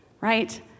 right